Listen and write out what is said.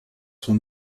sont